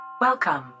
Welcome